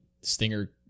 Stinger